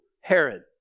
Herod